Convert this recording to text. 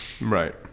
Right